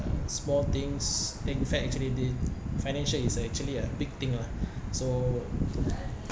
small things in fact actually the financial is actually a big thing lah so